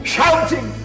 Shouting